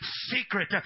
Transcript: secret